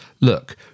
look